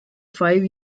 five